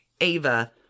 Ava